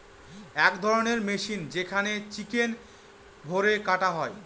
এক ধরণের মেশিন যেখানে চিকেন ভোরে কাটা হয়